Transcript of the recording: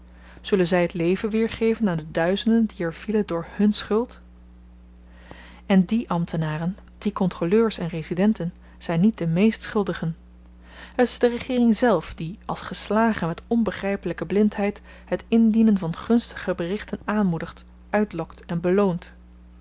zullen zy t leven weergeven aan de duizenden die er vielen door hùn schuld en die ambtenaren die kontroleurs en residenten zyn niet de meest schuldigen het is de regeering zelf die als geslagen met onbegrypelyke blindheid het indienen van gunstige berichten aanmoedigt uitlokt en beloont